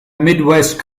midwest